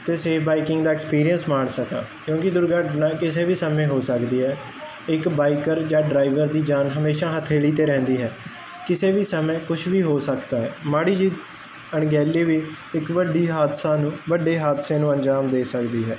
ਤੇ safe biking ਦਾ experience ਮਾਣ ਸਕਾ ਕਿਉਂਕੀ ਦੁਰਘਟਨਾ ਕਿਸੇ ਵੀ ਸਮੇਂ ਹੋ ਸਕਦੀ ਹੈ ਇੱਕ ਬਾਈਕਰ ਜਾਂ ਡਰਾਈਵਰ ਦੀ ਜਾਨ ਹਮੇਸ਼ਾ ਹਥੇਲੀ ਤੇ ਰਹਿੰਦੀ ਹੈ ਕਿਸੇ ਵੀ ਸਮੇਂ ਕੁਛ ਵੀ ਹੋ ਸਕਦਾ ਮਾੜੀ ਜੀ ਅਣਗਹਿਲੀ ਵੀ ਇੱਕ ਵੱਡੀ ਹਾਦਸਾ ਨੂੰ ਵੱਡੇ ਹਾਦਸੇ ਨੂੰ ਅੰਜਾਮ ਦੇ ਸਕਦੀ ਹੈ